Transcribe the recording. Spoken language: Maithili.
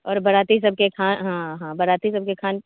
आओर बरातीसभकेँ खाना हँ हँ बरातीसभकेँ खाना